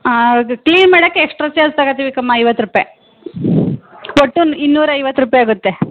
ಆಂ ಹೌದು ಕ್ಲೀನ್ ಮಾಡಕ್ಕೆ extra charge ತಗತ್ತೀವಿ ಕಮ್ಮ ಐವತ್ತು ರೂಪಾಯಿ ಒಟ್ಟು ಇನ್ನೂರಾ ಐವತ್ತು ರೂಪಾಯಿ ಆಗುತ್ತೆ